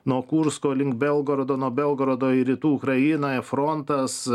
nuo kursko link belgorodo nuo belgorodo į rytų ukrainą frontas